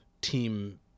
team –